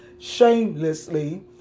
shamelessly